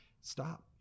stop